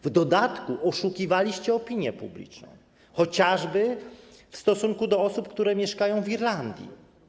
W dodatku oszukiwaliście opinię publiczną, chociażby w stosunku do osób, które mieszkają w Irlandii.